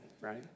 right